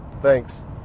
Thanks